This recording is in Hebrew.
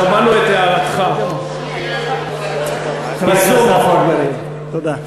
שמענו את הערתך, חברים, תודה.